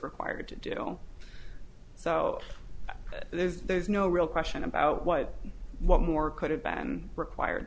required to do so there's no real question about what what more could have been required